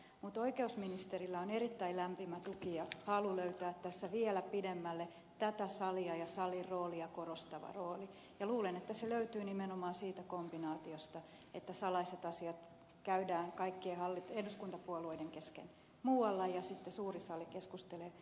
mutta oikeusministerillä on erittäin lämmin tuki ja halu löytää tässä vielä pidemmälle tätä salia ja salin roolia korostava rooli ja luulen että se löytyy nimenomaan siitä kombinaatiosta että salaiset asiat käydään kaikkien eduskuntapuolueiden kesken muualla ja sitten suuri sali keskustelee asioista muuten